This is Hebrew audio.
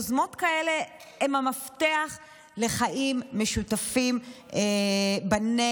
יוזמות כאלה הן המפתח לחיים משותפים בנגב.